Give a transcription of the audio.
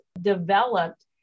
developed